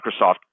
Microsoft